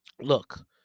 Look